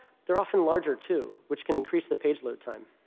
they're often larger, too, which can increase the page load time.